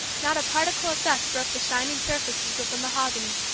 not a particle of dust broke the shining surfaces of the mahogany,